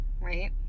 right